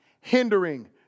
hindering